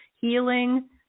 healing